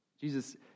Jesus